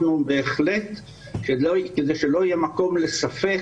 כדי שלא יהיה מקום לספק,